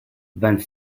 vingt